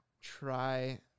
try